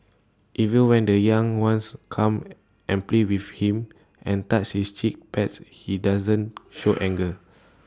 even when the young ones come and play with him and touch his cheek pads he doesn't show anger